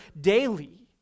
daily